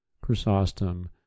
Chrysostom